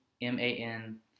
M-A-N